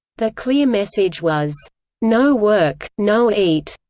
the clear message was no work, no eat.